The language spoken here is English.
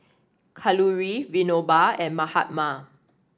Kalluri Vinoba and Mahatma